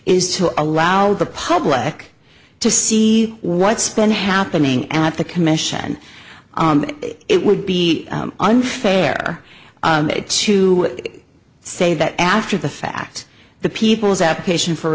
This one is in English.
is to allow the public to see what's been happening at the commission it would be unfair to say that after the fact the people's application for